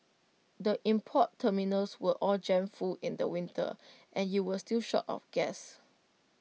the import terminals were all jammed full in the winter and you were still short of gas